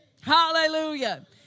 Hallelujah